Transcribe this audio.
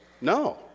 No